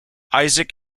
isaac